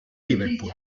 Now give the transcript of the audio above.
liverpool